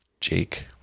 Jake